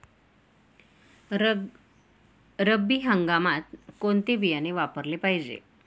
रब्बी हंगामात कोणते बियाणे वापरले पाहिजे?